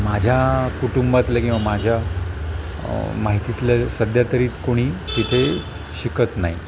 माझ्या कुटुंबातल्या किंवा माझ्या माहितीतल्या सध्यातरी कोणी तिथे शिकत नाही